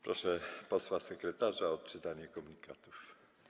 Proszę posła sekretarza o odczytanie komunikatów.